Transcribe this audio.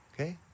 okay